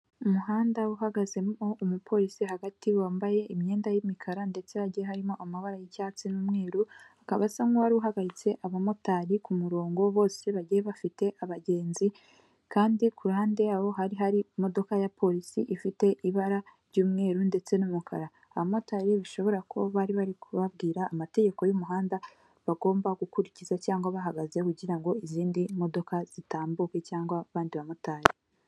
Umuhanda uhagaze umupolisi hagati wambaye imyenda y'imikara ndetse hagiye harimo amabara y'icyatsi n'umweru, akaba asa nk'uwari uhagaritse abamotari ku murongo bose bagiye bafite abagenzi kandi ku ruhande ya bo hari hari imodoka ya polisi ifite ibara ry'umweru ndetse n'umukara, abamotari bishobora kuba bari bari kubabwira amategeko y'umuhanda bagomba gukurikiza cyangwa bahagaze kugira ngo izindi modoka zitambuke cyangwa abandi bamotari.